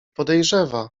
podejrzewa